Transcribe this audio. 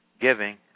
giving